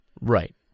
Right